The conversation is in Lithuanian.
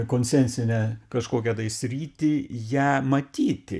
koncensinę kažkokią tai sritį ją matyti